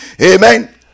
Amen